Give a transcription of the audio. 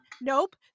nope